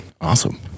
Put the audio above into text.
Awesome